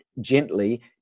gently